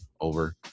over